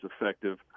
effective